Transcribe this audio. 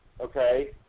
okay